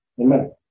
Amen